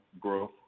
growth